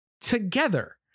together